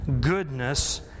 goodness